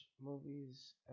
movies